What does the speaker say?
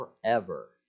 forever